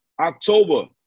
October